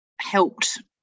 helped